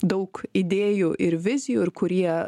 daug idėjų ir vizijų ir kurie